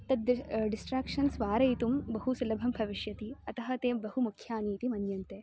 तद् दिश् डिस्ट्र्याक्षन्स् वारयितुं बहु सुलभं भविष्यति अतः ते बहु मुख्यानि इति मन्यन्ते